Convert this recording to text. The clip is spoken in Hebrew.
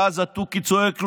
ואז התוכי צועק לו: